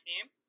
team